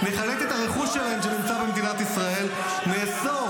נחלט את הרכוש שלהם שנמצא במדינת ישראל -- לא יעזור